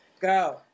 Go